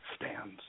stands